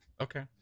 Okay